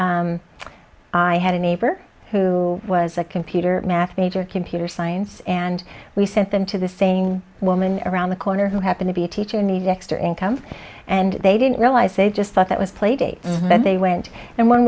did i had a neighbor who was a computer math major computer science and we sent them to the saying woman around the corner who happen to be a teacher needs extra income and they didn't realize they just thought that was playdate and then they went and one